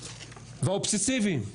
והאובססיביים,